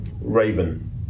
Raven